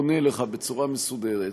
עונה לך בצורה מסודרת,